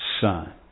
son